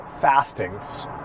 fastings